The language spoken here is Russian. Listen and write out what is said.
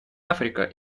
африка